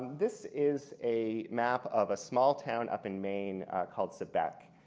this is a map of a small town up in maine called sebec.